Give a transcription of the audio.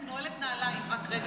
שנייה.